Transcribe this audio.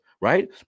right